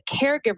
caregiver